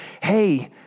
hey